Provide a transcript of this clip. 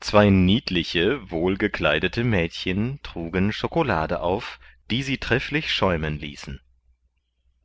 zwei niedliche wohlgekleidete mädchen trugen chocolate auf die sie trefflich schäumen ließen